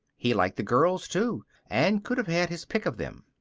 he liked the girls, too, and could have had his pick of them.